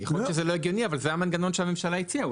יכול להיות שזה לא הגיוני אבל זה המנגנון שהממשלה הציעה.